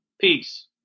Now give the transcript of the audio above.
Peace